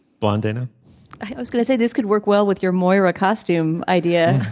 blonde dana i was going to say this could work well with your moira costume idea.